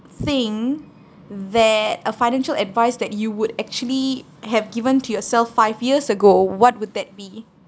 thing that a financial advice that you would actually have given to yourself five years ago what would that be